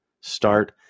Start